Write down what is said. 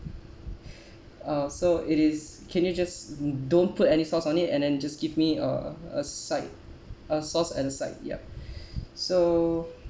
uh so it is can you just don't put any sauce on it and then just give me uh a side a sauce at the side yup so